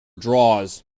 draws